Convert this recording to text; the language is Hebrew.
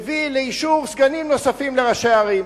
מביא לאישור סגנים נוספים לראשי ערים,